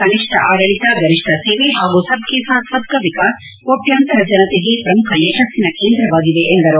ಕನಿಷ್ಠ ಆಡಳಿತ ಗರಿಷ್ಠ ಸೇವೆ ಹಾಗೂ ಸಬ್ ಕೇ ಸಾತ್ ಸಬ್ ಕಾ ವಿಕಾಸ್ ಕೋಟ್ಡಾಂತರ ಜನತೆಗೆ ಪ್ರಮುಖ ಯಶಸ್ಸಿನ ಕೇಂದ್ರವಾಗಿವೆ ಎಂದು ಹೇಳಿದರು